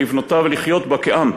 לבנותה ולחיות בה כעם,